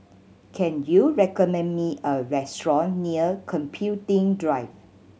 can you recommend me a restaurant near Computing Drive